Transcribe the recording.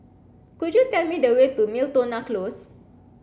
could you tell me the way to Miltonia Close